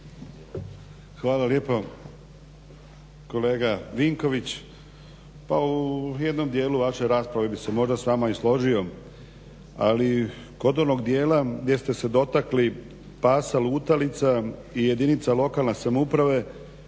Hvala lijepo. Kolega Vinković, pa u jednom dijelu vaše rasprave bi se možda i s vama i složio, ali kod onog dijela gdje se dotakli pasa lutalica i jedinica lokalne samouprave